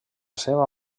seva